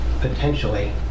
potentially